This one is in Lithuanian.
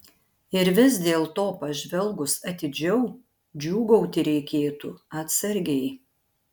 ir vis dėlto pažvelgus atidžiau džiūgauti reikėtų atsargiai